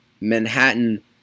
Manhattan